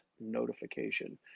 notification